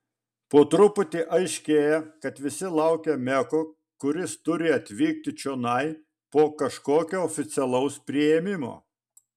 po truputį aiškėja kad visi laukia meko kuris turi atvykti čionai po kažkokio oficialaus priėmimo